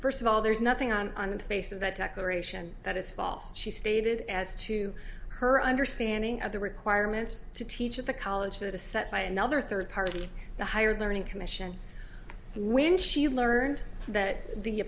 first of all there's nothing on on face of that declaration that is false she stated as to her understanding of the requirements to teach at the college that a set by another third party the higher learning commission when she learned that the